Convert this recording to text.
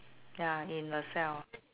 ya in colleague